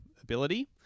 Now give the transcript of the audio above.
ability